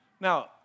Now